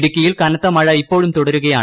ഇടുക്കിയിൽ കനത്ത മഴ ഇപ്പോഴും തുടരുകയാണ്